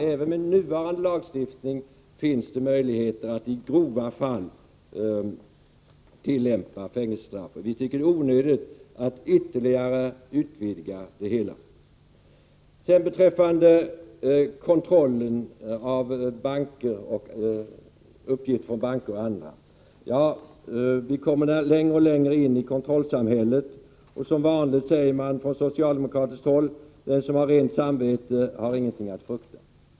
Även med nuvarande lagstiftning finns det alltså möjligheter att i grova fall tillämpa fängelsestraff, och vi tycker att det är onödigt att ytterligare utvidga det hela. Beträffande kontrollen av uppgifter från banker och andra vill jag framhålla att vi kommer längre och längre in i kontrollsamhället. Och som vanligt säger man från socialdemokratiskt håll att den som har rent samvete har ingenting att frukta.